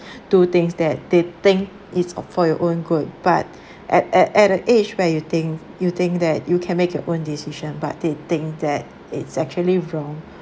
do things that they think it's for your own good but at at at a age where you think you think that you can make your own decision but they think that it's actually from